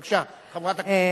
בבקשה, חברת הכנסת אורלי לוי.